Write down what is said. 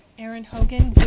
erin hogan,